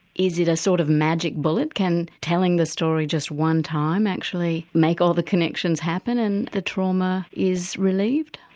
is it a sort of magic bullet, can telling the story just one time actually make all the connections happen and a trauma is relieved?